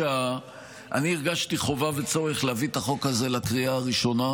אני הרגשתי חובה וצורך להביא את החוק הזה לקריאה הראשונה,